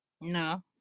No